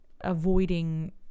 avoiding